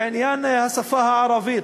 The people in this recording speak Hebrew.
לעניין השפה הערבית,